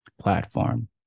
platform